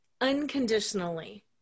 unconditionally